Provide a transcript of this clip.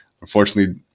Unfortunately